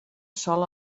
sol